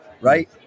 right